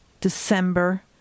December